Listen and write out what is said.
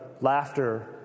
laughter